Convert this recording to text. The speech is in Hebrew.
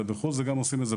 עושים את זה בחו"ל וגם בארץ.